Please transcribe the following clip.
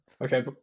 Okay